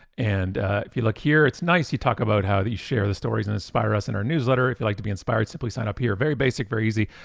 and if you look here, it's nice. he talk about how he share the stories and inspire us in our newsletter. if you'd like to be inspired, simply sign up here. very basic, very easy.